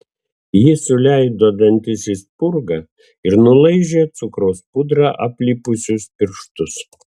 ji suleido dantis į spurgą ir nulaižė cukraus pudra aplipusius pirštus